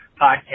podcast